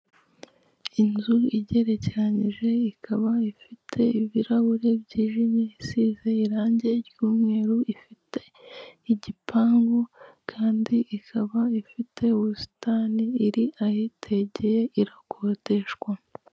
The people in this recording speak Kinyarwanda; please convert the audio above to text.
Inzu igerekeranyije, ikaba ifite ibirahuri byijimye, isize irangi ry'umweru, ifite igipangu kandi ikaba ifite ubusitani, iri ahitegeye, irakodeshwa.